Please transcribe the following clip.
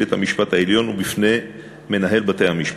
בית-המשפט העליון ובפני מנהל בתי-המשפט.